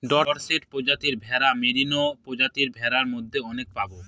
Dorset প্রজাতির ভেড়া, merino প্রজাতির ভেড়ার মতো অনেক পাবো